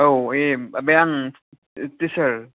औ बे आं थिसार